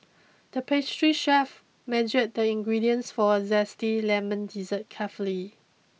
the pastry chef measured the ingredients for a zesty lemon dessert carefully